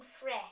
fresh